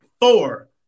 four